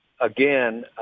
Again